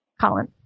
colin